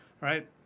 right